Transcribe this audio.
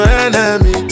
enemy